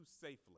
safely